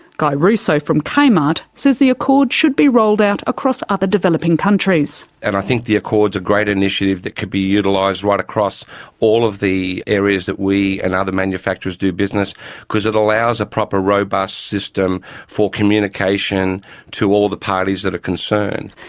guy russo from kmart says the accord should be rolled out across other developing countries. and i think the accord is a great initiative that could be utilised right across all of the areas that we and other manufacturers do business because it allows a proper robust system for communication to all the parties that are concerned.